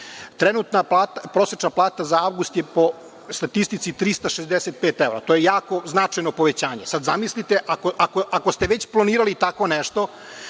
Trenutna prosečna plata za avgust je, po statistici, 365 evra. To je jako značajno povećanje. Sad zamislite, ako ste već planirali tako nešto,